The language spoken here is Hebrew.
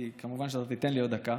כי כמובן שאתה תיתן לי עוד דקה,